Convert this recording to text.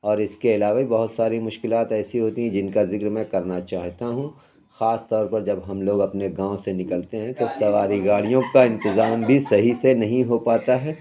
اور اِس کے علاوہ بھی بہت ساری مشکلات ایسی ہوتی ہیں جن کا ذکر میں کرنا چاہتا ہوں خاص طور پر جب ہم لوگ اپنے گاؤں سے نکلتے ہیں تو سواری گاڑیوں کا انتظام بھی صحیح سے نہیں ہو پاتا ہے